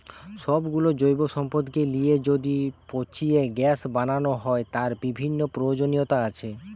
সব গুলো জৈব সম্পদকে লিয়ে যদি পচিয়ে গ্যাস বানানো হয়, তার বিভিন্ন প্রয়োজনীয়তা আছে